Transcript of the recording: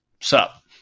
sup